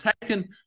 taken